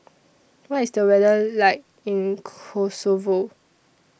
What IS The weather like in Kosovo